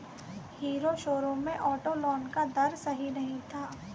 hero showroom में auto loan का दर सही नहीं था